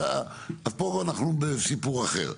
אז פה אנחנו בסיפור אחר.